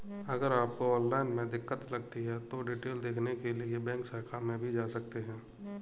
अगर आपको ऑनलाइन में दिक्कत लगती है तो डिटेल देखने के लिए बैंक शाखा में भी जा सकते हैं